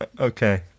Okay